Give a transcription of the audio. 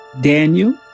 Daniel